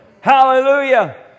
Hallelujah